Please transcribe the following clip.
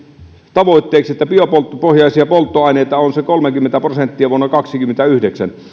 tavoitteeksi että biopohjaisia polttoaineita on se kolmekymmentä prosenttia vuonna kaksikymmentäyhdeksän se